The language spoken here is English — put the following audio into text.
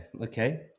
okay